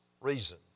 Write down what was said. reason